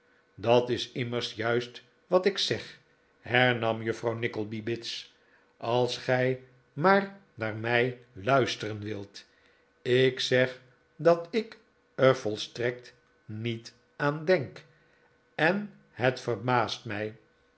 dat is immers juist wat ik zeg hernam juffrouw nickleby bits als gij maar naar mij luisteren wilt ik zeg dat ik er volstrekt niet aan denk en het verbaast mij